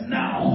now